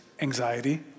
Anxiety